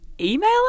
email